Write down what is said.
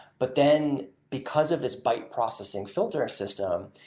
but then, because of this byte processing filtering system,